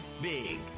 big